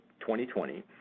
2020